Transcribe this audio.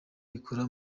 ikora